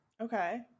Okay